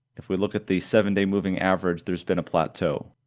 if we look at the seven day moving average, there's been a plateau.